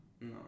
no